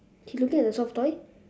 he looking at the soft toy